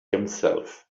himself